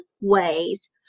ways